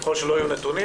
ככל שלא יהיו נתונים,